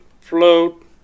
float